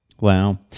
Wow